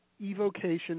evocation